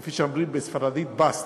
כמו שאומרים בספרדית: Basta.